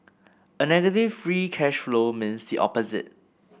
a negative free cash flow means the opposite